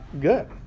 good